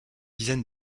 dizaine